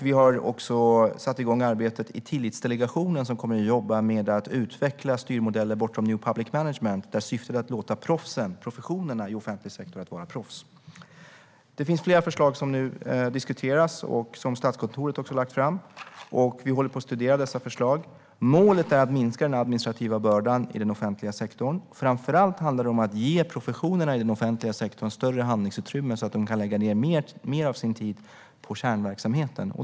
Vi har också satt igång arbetet i Tillitsdelegationen, som kommer att jobba med att utveckla styrmodeller bortom New Public Management, där syftet är att låta professionerna i offentlig sektor vara proffs. Det finns flera förslag som nu diskuteras som Statskontoret har lagt fram. Vi håller på att studera dessa förslag. Målet är att minska den administrativa bördan i den offentliga sektorn. Framför allt handlar det om att ge professionerna i den offentliga sektorn större handlingsutrymme så att de kan lägga mer av sin tid på kärnverksamheten.